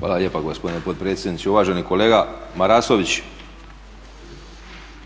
Hvala lijepo gospodine potpredsjedniče. Uvaženi kolega Marasović,